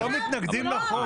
אנחנו לא מתנגדים לזה.